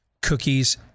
cookies